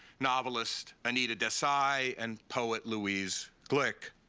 novelist anita desai, and poet louise gluck.